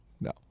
no